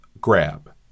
grab